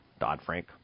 Dodd-Frank